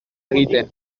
egiten